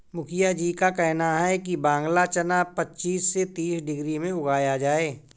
मुखिया जी का कहना है कि बांग्ला चना पच्चीस से तीस डिग्री में उगाया जाए